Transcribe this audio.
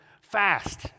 fast